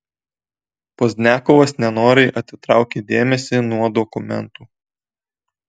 pozdniakovas nenoriai atitraukė dėmesį nuo dokumentų